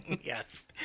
Yes